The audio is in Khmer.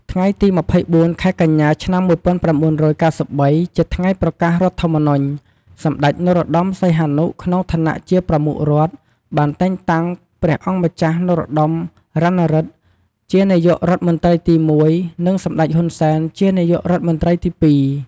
ថ្ងៃទី២៤ ខែកញ្ញា ឆ្នាំ១៩៩៣ ជាថ្ងៃប្រកាសរដ្ឋធម្មនុញ្ញ សម្តេច នរោត្តម សីហនុ ក្នុងឋានៈជាប្រមុខរដ្ឋ បានតែងតាំងព្រះអង្គម្ចាស់ នរោត្តម រណឫទ្ធិ ជានាយករដ្ឋមន្ត្រីទី១ និងសម្តេច ហ៊ុន សែន ជានាយករដ្ឋមន្ត្រីទី២។